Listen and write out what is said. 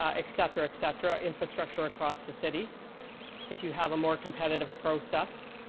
ah et cetera, et cetera, infrastructure across the city if you have a more competitive process,